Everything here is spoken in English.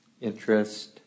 interest